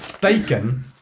Bacon